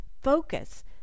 focus